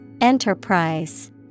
Enterprise